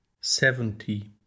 seventy